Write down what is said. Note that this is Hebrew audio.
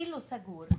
כאילו סגור,